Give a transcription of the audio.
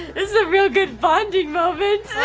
this a really good bonding moment.